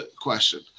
question